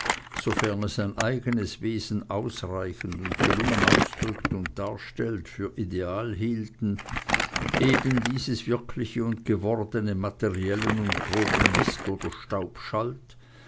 sofern es sein eigenes wesen ausreichend und gelungen ausdrückt und darstellt für ideal hielten eben dieses wirkliche und gewordene materiellen und groben mist oder staub schalt